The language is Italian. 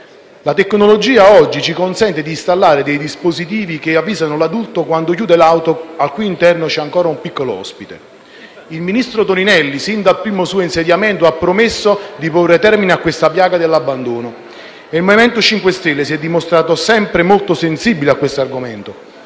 la tecnologia ci consente di installare dei dispositivi che avvisano l'adulto quando chiude l'auto al cui interno c'è ancora un piccolo ospite. Il ministro Toninelli, sin dal primo suo insediamento, ha promesso di porre termine a questa piaga dell'abbandono e il MoVimento 5 Stelle si è dimostrato sempre molto sensibile a questo argomento